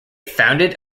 founded